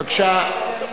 בבקשה.